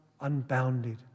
unbounded